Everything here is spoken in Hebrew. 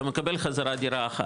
אתה מקבל חזרה דירה אחת,